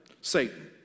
Satan